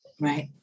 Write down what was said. Right